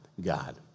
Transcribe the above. God